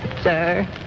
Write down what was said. Sir